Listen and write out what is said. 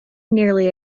nearly